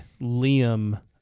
Liam